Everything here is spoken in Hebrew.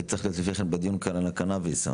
היית צריך להיות לפני כן בדיון על הקנביס כאן,